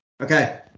Okay